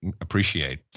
appreciate